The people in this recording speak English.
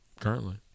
currently